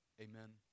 Amen